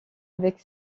avec